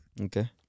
Okay